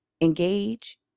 engage